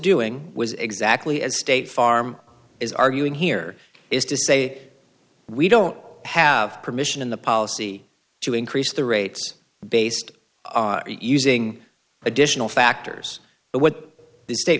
doing was exactly as state farm is arguing here is to say we don't have permission in the policy to increase the rates based using additional factors but what the state